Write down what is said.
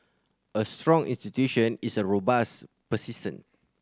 a strong institution is robust persistent